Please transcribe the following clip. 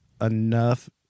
enough